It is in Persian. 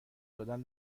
دادن